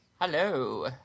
Hello